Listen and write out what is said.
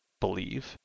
believe